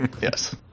Yes